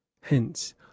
Hence